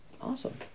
Awesome